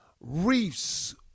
reefs